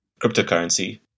cryptocurrency